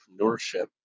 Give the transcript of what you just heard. entrepreneurship